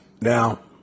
Now